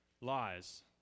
lies